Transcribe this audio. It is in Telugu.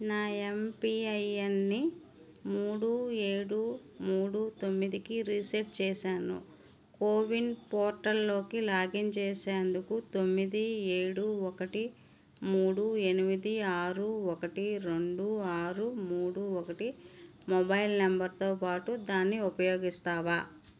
నా ఎంపిఐఎన్ని మూడు ఏడు మూడు తొమ్మిదికి రీసెట్ చేసాను కోవిన్ పోర్టల్లోకి లాగిన్ చేసేందుకు తొమ్మిది ఏడు ఒకటి మూడు ఎనిమిది ఆరు ఒకటి రెండు ఆరు మూడు ఒకటి మొబైల్ నెంబరుతో పాటు దాన్ని ఉపయోగిస్తావా